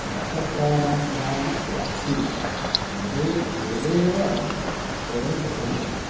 नक्षत्राणां ज्ञानम् अपि आसीत् वेदे वेदे एव स्वयं प्रकटितम्